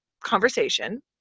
conversation